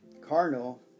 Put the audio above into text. carnal